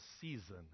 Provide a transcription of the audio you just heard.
season